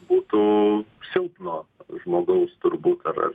būtų silpno žmogaus turbūt ar ar